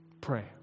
Pray